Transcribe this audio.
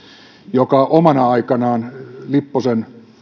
joka omana aikanaan lipposen